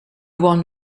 one